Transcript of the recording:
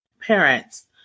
parents